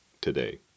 today